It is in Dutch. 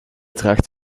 draagt